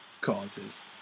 causes